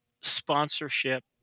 sponsorship